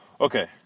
Okay